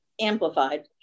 amplified